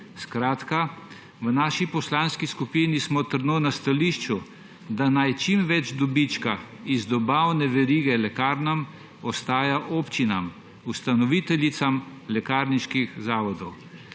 Skratka, v naši poslanski skupini smo trdno na stališču, da naj čim več dobička iz dobavne verige lekarn ostaja občinam, ustanoviteljicam lekarniških zavodov.